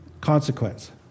consequence